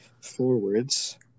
forwards